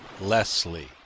Leslie